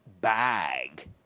bag